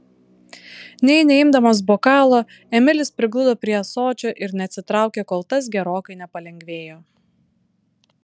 nė neimdamas bokalo emilis prigludo prie ąsočio ir neatsitraukė kol tas gerokai nepalengvėjo